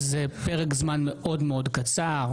פרק זמן מאוד-מאוד קצר.